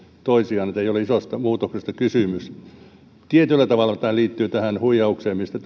toisiaan niin ettei ole isosta muutoksesta kysymys tietyllä tavalla tämä liittyy tähän huijaukseen mistä